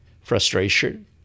frustration